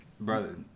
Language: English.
brother